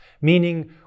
meaning